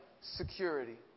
security